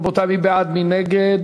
רבותי, מי בעד, מי נגד?